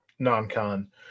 non-con